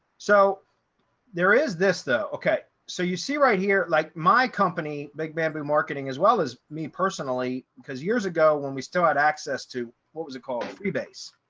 there is this though. okay, so you see right here, like my company, big bamboo marketing as well as me personally, because years ago when we still had access to what was it called freebase.